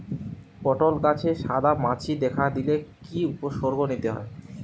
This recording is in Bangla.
পটল গাছে সাদা মাছি দেখা দিলে কি কি উপসর্গ নিতে হয়?